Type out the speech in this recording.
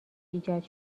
ایجاد